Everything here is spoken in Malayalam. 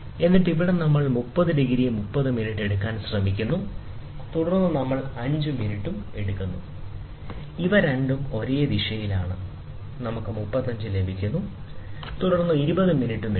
എന്നിട്ട് ഇവിടെ നമ്മൾ 30 ഡിഗ്രി 30 മിനിറ്റ് എടുക്കാൻ ശ്രമിക്കുന്നു തുടർന്ന് നമ്മൾ 5 മിനിറ്റും എടുക്കുന്നു രണ്ടും ഒരേ ദിശയിലാണ് നമുക്ക് 35 ലഭിക്കുന്നു തുടർന്ന് 20 മിനിറ്റും എടുക്കും